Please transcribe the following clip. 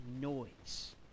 noise